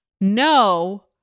no